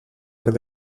arc